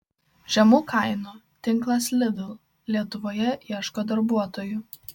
žemų kainų tinklas lidl lietuvoje ieško darbuotojų